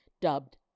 dubbed